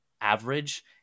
average